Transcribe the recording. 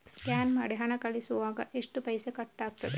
Scan ಮಾಡಿ ಹಣ ಕಳಿಸುವಾಗ ಎಷ್ಟು ಪೈಸೆ ಕಟ್ಟಾಗ್ತದೆ?